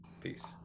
peace